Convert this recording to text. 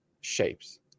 shapes